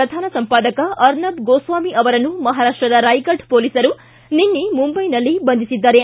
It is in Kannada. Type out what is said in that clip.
ಪ್ರಧಾನ ಸಂಪಾದಕ ಅರ್ನಬ್ ಗೋಸ್ವಾಮಿ ಅವರನ್ನು ಮಪಾರಾಷ್ಟದ ರಾಯಗಢ ಪೊಲೀಸರು ನಿನ್ನೆ ಮುಂಬೈನಲ್ಲಿ ಬಂಧಿಸಿದ್ದಾರೆ